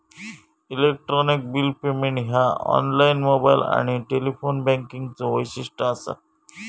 electronic bill payment ह्या online, mobile आणि telephone बँकिंगचो वैशिष्ट्य असा